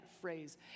phrase